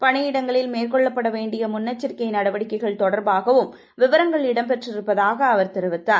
பணியிடங்களில் மேற்கொள்ளப்பட வேண்டிய முன்னெச்சரிக்கை நடவடிக்கைகள் தொடர்பாகவும் விவரங்கள் இடம் பெற்றிருப்பதாக அவர் கூறினார்